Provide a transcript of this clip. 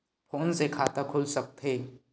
Phone से खाता खुल सकथे?